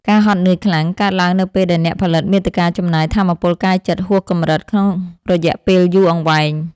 ការហត់នឿយខ្លាំង កើតឡើងនៅពេលដែលអ្នកផលិតមាតិកាចំណាយថាមពលកាយចិត្តហួសកម្រិត ក្នុងរយៈពេលយូរអង្វែង។